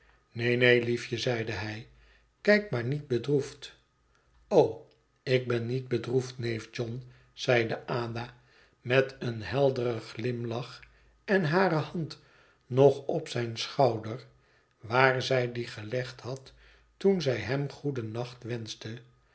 neen neen liefje zeide hij kijk maar niet bedroefd o ik ben niet bedroefd neef john zeide ada met een helderen glimlach en hare hand nog op zijn schouder waar zij die gelegd had toen zij hem goeden nacht